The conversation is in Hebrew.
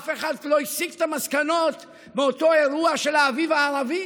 אף אחד לא הסיק את המסקנות מאותו אירוע של האביב הערבי?